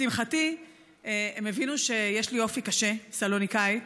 לשמחתי הם הבינו שיש לי אופי קשה, סלוניקאית.